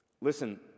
Listen